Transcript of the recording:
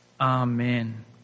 Amen